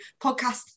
podcast